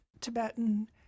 Tibetan